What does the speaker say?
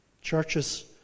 churches